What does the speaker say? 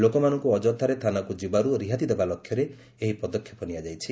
ଲୋକମାନଙ୍କୁ ଅଯଥାରେ ଥାନାକୁ ଯିବାରୁ ରିହାତି ଦେବା ଲକ୍ଷ୍ୟରେ ଏହି ପଦକ୍ଷେପ ନିଆଯାଇଛି